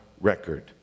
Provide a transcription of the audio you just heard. record